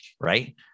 right